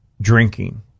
drinking